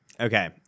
Okay